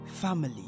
Family